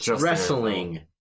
wrestling